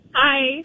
Hi